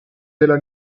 della